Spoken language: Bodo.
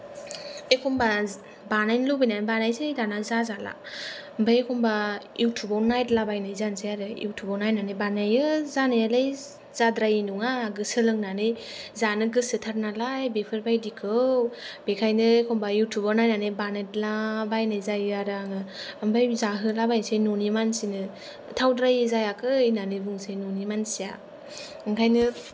एखमब्ला बानायनो लुबैनानै बानायनोसै दाना जाजाला ओमफाय एखमब्ला इउटुबाव नायद्लाबायनाय जानोसै आरो इउटुबाव नायनानै बानायो जानायालाय जाद्रायि नङा सोलोंनानै जानो गोसोथार नालाय बेफोरबादिखौ बेखायनो एखमब्ला इउटुबाव नायनानै बानायदलाबायनाय जायो आरो आङो ओमफाय जाहोलाबायनोसै न'नि मानसिनो थावद्रायि जायाखै बुंनोसै न'नि मानसिया